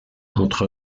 entre